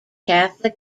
catholic